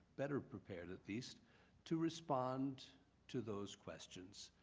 better prepared at least to respond to those questions.